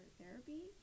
therapy